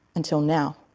until now.